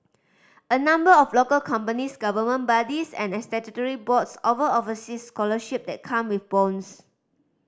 a number of local companies government bodies and statutory boards offer overseas scholarship that come with bonds